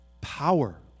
power